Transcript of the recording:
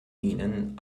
ihnen